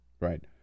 Right